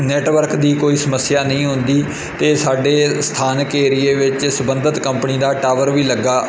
network ਦੀ ਕੋਈ ਸਮੱਸਿਆ ਨਹੀਂ ਆਉਂਦੀ ਅਤੇ ਸਾਡੇ ਸਥਾਨਕ ਏਰੀਏ ਵਿੱਚ ਸੰਬੰਧਿਤ ਕੰਪਨੀ ਦਾ ਟਾਵਰ ਵੀ ਲੱਗਾ